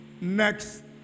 next